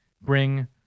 bring